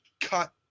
cut